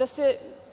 Da se